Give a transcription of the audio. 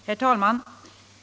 Herr talman!